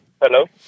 Hello